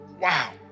Wow